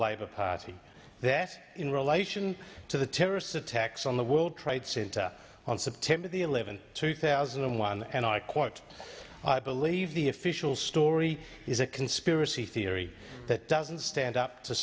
party that in relation to the terrorists attacks on the world trade center on september the eleventh two thousand and one and i quote i believe the official story is a conspiracy theory that doesn't stand up to